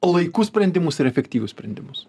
laiku sprendimus ir efektyvius sprendimus